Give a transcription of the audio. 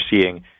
seeing